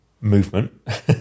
movement